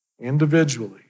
individually